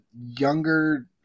younger